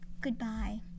Goodbye